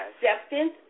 acceptance